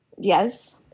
Yes